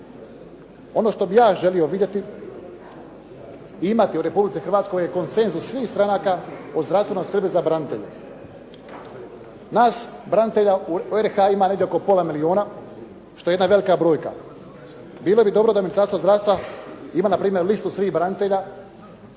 Ono što bih ja želio vidjeti, imati u Republici Hrvatskoj je konsenzus svih stranaka o zdravstvenoj skrbi za branitelje. Nas branitelja u RH ima negdje oko pola milijuna što je jedna velika brojka. Bilo bi dobro da Ministarstvo zdravstva ima npr. listu svih branitelja,